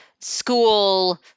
school